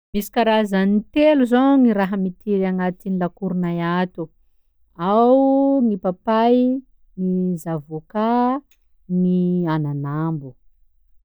Misy karazany telo zao gny raha mitiry agnaty lakoronay ato: ao gny papay, gny zavôkà, gny ananambo.